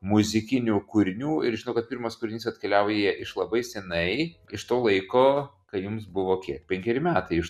muzikinių kūrinių ir žinau kad pirmas kūrinys atkeliauja iš labai seniai iš to laiko kai jums buvo kiek penkeri metai iš